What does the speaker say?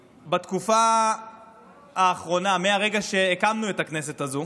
בתקופה האחרונה, מרגע שהקמנו את הכנסת הזאת,